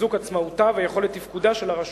לחיזוק עצמאותה ויכולת תפקודה של הרשות,